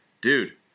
Dude